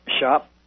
shop